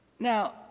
Now